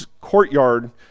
courtyard